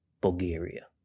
Bulgaria